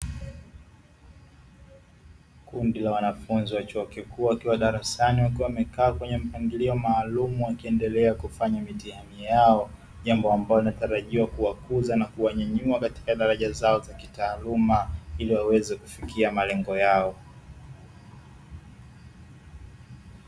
Kundi la wanafunzi wa chuo kikuu wakiwa darasani wakiwa wamekaa kwenye mpangilio maalumu wakiendelea kufanya mitihani yao, jambo ambalo linatarajiwa kuwakuza na kuwanyanyua katika daraja zao za kitaalamu ili waweze kufukia malengo yao.